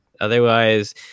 Otherwise